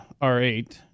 R8